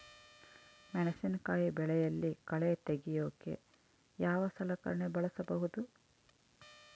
ಮೆಣಸಿನಕಾಯಿ ಬೆಳೆಯಲ್ಲಿ ಕಳೆ ತೆಗಿಯೋಕೆ ಯಾವ ಸಲಕರಣೆ ಬಳಸಬಹುದು?